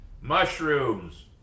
mushrooms